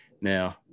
Now